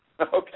Okay